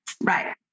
Right